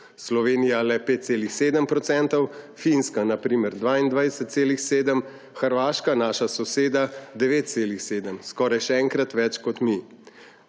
Slovenija le 5,7 %, Finska na primer 22,7, Hrvaška, naša soseda, 9,7, skoraj še enkrat več kot mi.